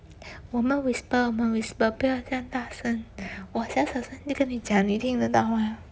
我们 whisper 我们 whisper 不要这样大声我小小声的跟你讲你听得到吗